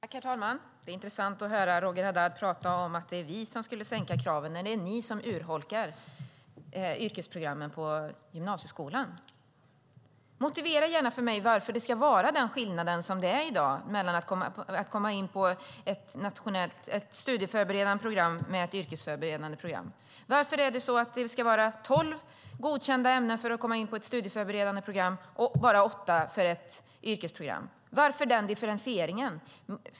Herr talman! Det är intressant att höra Roger Haddad prata om att det är vi som skulle sänka kraven när det är ni som urholkar yrkesprogrammen på gymnasieskolan. Motivera gärna för mig varför det ska vara den skillnad som det är i dag mellan att komma in på ett studieförberedande program och att komma in på ett yrkesförberedande program. Varför ska det vara tolv godkända ämnen för att komma in på ett studieförberedande program och bara åtta för ett yrkesprogram? Varför är det den differentieringen?